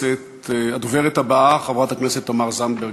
הדוברת הבאה, חברת הכנסת תמר זנדברג.